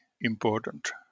important